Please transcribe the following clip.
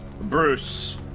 Bruce